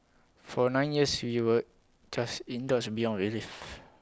for nine years we were just indulged beyond belief